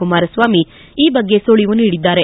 ಕುಮಾರಸ್ವಾಮಿ ಈ ಬಗ್ಗೆ ಸುಳಿವು ನೀಡಿದ್ದಾರೆ